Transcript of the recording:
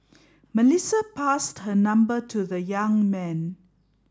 Melissa passed her number to the young man